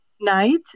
night